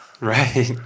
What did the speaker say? right